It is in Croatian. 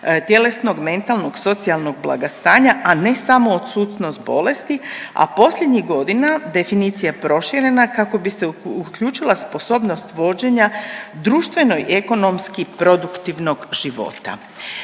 tjelesnog, mentalnog, socijalnog blagostanja, a ne samo odsutnost bolesti, a posljednjih godina definicija je proširena kako bi se uključila sposobnost vođenja društvo i ekonomski produktivnog života.